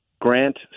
grant